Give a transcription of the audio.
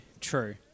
true